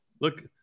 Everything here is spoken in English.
Look